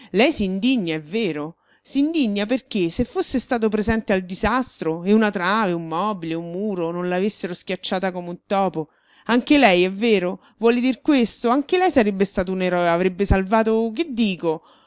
signore lei s'indigna è vero s'indigna perché se fosse stato presente al disastro e una trave un mobile un muro non la avessero schiacciata come un topo anche lei è vero vuole dir questo anche lei sarebbe stato un eroe avrebbe salvato che dico